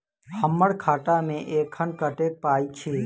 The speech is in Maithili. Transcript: हम्मर खाता मे एखन कतेक पाई अछि?